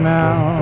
now